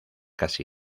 casi